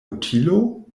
utilo